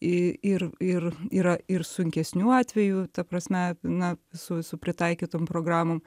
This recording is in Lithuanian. i ir ir yra ir sunkesnių atvejų ta prasme na su su pritaikytom programom